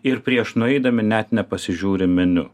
ir prieš nueidami net nepasižiūri meniu